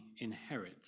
inherit